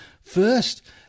first